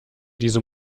diese